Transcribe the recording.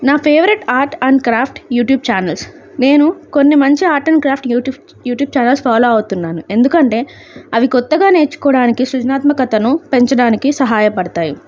నా favourite art and craft YouTube channels నేను కొన్ని మంచి art and craft YouTube YouTube channels follow అవుతున్నాను ఎందుకంటే అవి కొత్తగా నేర్చుకోవడానికి సృజనాత్మకతను పెంచడానికి సహాయపడతాయి